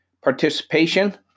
participation